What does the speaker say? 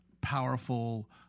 powerful